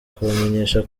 kubamenyesha